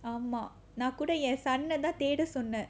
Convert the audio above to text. ஆமா நா கூட என்:aamaa naa kooda en son ah தான் தேட சொன்னான்:than theda sonnaan